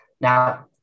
Now